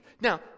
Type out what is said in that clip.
Now